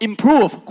Improve